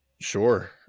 sure